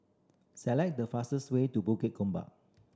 select the fastest way to Bukit Gombak